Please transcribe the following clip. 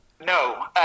No